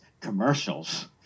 commercials